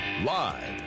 Live